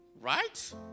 Right